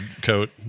coat